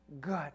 good